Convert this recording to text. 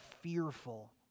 fearful